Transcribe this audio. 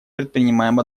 предпринимаем